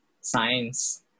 science